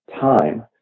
time